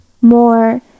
more